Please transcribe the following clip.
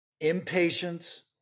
Impatience